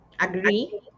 Agree